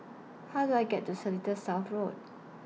How Do I get to Seletar South Road